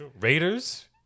Raiders